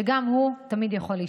שגם הוא יכול תמיד להשתפר,